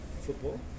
football